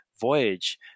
voyage